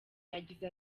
yagize